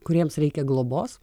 kuriems reikia globos